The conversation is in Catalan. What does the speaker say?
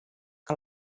que